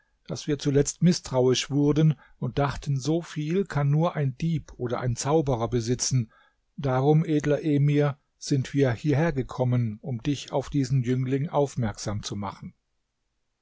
daß wir zuletzt mißtrauisch wurden und dachten so viel kann nur ein dieb oder zauberer besitzen darum edler emir sind wir hierhergekommen um dich auf diesen jüngling aufmerksam zu machen